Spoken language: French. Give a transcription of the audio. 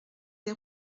des